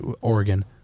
Oregon